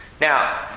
Now